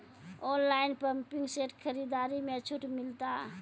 Online pumping set खरीदारी मे छूट मिलता?